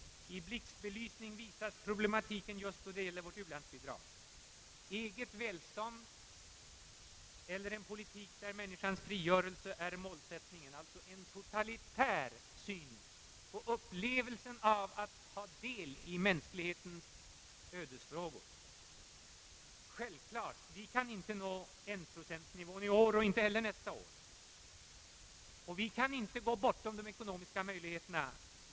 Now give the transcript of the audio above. I blixtbelysning visas problematiken just när det gäller vårt u-landsbidrag: Eget välstånd eller en politik där människans frigörelse är målsättningen, alltså en total syn på upplevelsen av att ha del i mänsklighetens ödesfrågor. Självklart! Vi kan inte nå enprocentsnivån i år och inte heller nästa år. Vi kan inte gå bortom de ekonomiska möjligheterna.